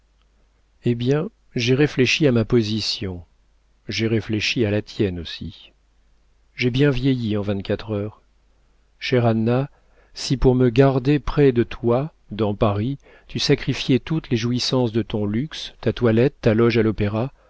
eh bien j'ai réfléchi à ma position j'ai réfléchi à la tienne aussi j'ai bien vieilli en vingt-quatre heures chère anna si pour me garder près de toi dans paris tu sacrifiais toutes les jouissances de ton luxe ta toilette la loge à l'opéra